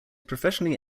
professionally